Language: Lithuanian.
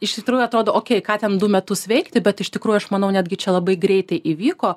iš tikrųjų atrodo o ką ten du metus veikti bet iš tikrųjų aš manau netgi čia labai greitai įvyko